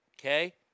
okay